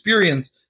experience